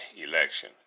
election